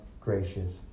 gracious